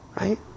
right